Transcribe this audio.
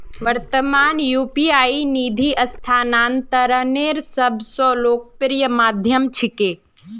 वर्त्तमानत यू.पी.आई निधि स्थानांतनेर सब स लोकप्रिय माध्यम छिके